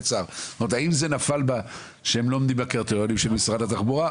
האם זה נפל שהם לא עומדים בקריטריונים של משרד התחבורה?